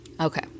Okay